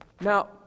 Now